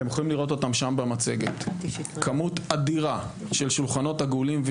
אתם יכולים לראות אותם שם במצגת כמות אדירה של שולחנות עגולים,